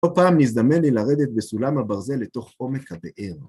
לא פעם נזדמן לי לרדת בסולם הברזל לתוך עומק הבאר.